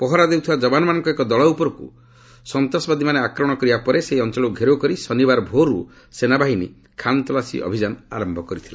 ପହରା ଦେଉଥିବା ଯବାନମାନଙ୍କ ଏକ ଦଳ ଉପରକୁ ସନ୍ତାସବାଦୀମାନେ ଆକ୍ରମଣ କରିବା ପରେ ସେହି ଅଞ୍ଚଳକୁ ଘେରାଉ କରି ଶନିବାର ଭୋରରୁ ସେନାବାହିନୀ ଅଭିଯାନ ଆରମ୍ଭ କରିଥିଲା